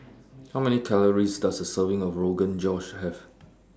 How Many Calories Does A Serving of Rogan Josh Have